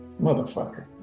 Motherfucker